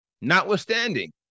Notwithstanding